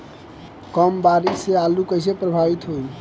कम बारिस से आलू कइसे प्रभावित होयी?